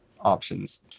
options